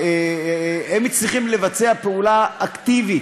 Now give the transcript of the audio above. הם צריכים לבצע פעולה אקטיבית